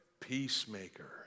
Peacemaker